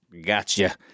gotcha